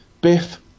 Biff